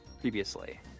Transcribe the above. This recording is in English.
previously